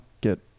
get